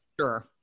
Sure